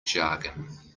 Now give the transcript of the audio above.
jargon